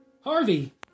Harvey